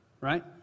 right